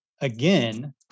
again